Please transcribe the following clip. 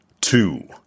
two